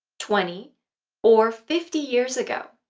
twenty or fifty years ago?